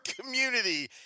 community